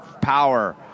power